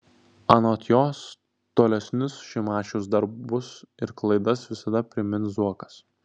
anot jos tolesnius šimašiaus darbus ir klaidas visada primins zuokas